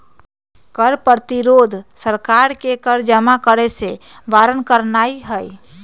कर प्रतिरोध सरकार के कर जमा करेसे बारन करनाइ हइ